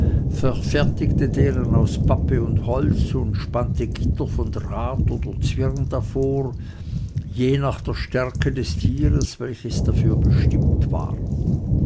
verfertigte deren aus pappe und holz und spannte gitter von draht oder zwirn davor je nach der stärke des tieres welches dafür bestimmt war